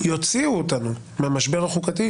כדי שנצא מהמשבר הזה מחוזקים,